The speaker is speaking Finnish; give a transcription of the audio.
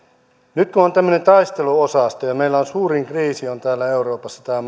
nyt kun on tämmöinen taisteluosasto ja meillä suurin kriisi täällä euroopassa on tämä